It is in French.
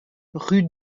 rue